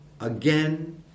Again